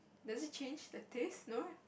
does it change the taste no right